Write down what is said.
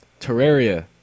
Terraria